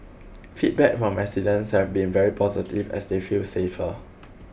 feedback from residents have been very positive as they feel safer